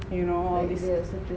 you know all this